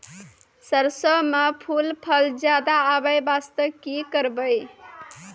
सरसों म फूल फल ज्यादा आबै बास्ते कि करबै?